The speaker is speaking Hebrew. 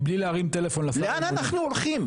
לאן אנחנו הולכים?